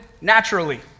naturally